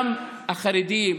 גם החרדית,